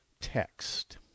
Text